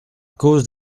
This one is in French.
cause